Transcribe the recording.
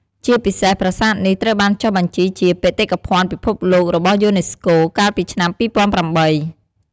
ជាពិសេសប្រាសាទនេះ ត្រូវបានចុះបញ្ជីជា បេតិកភណ្ឌពិភពលោករបស់យូណេស្កូ កាលពីឆ្នាំ ២០០៨។